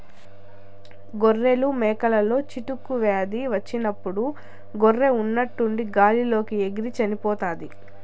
గొర్రెలు, మేకలలో చిటుకు వ్యాధి వచ్చినప్పుడు గొర్రె ఉన్నట్టుండి గాలి లోకి ఎగిరి చనిపోతాది